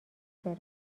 برم